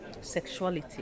sexuality